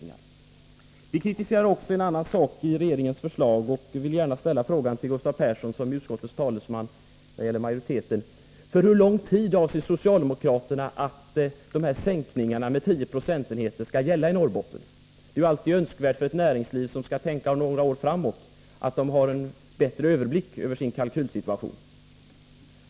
Vi är också kritiska mot en annan punkt i förslaget, och jag vill fråga Gustav Persson, som är utskottsmajoritetens talesman: För hur lång tid avser socialdemokraterna att sänkningarna med 10 26 skall gälla i Norrbotten? Det är ju alltid önskvärt för ett näringsliv som skall tänka några år framåt att ha en god överblick över sin kalkylsituation.